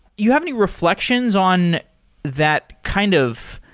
you have any reflections on that kind of